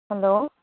hello